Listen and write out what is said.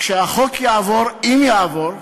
כשהחוק יעבור, אם יעבור,